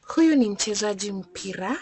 Huyu ni mchezaji mpira